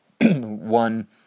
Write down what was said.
one